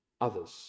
others